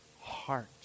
heart